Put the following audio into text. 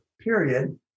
period